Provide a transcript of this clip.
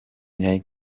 اینایی